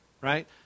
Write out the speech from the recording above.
right